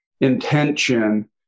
intention